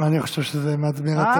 אני חושב שזה מרתק.